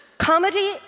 Comedy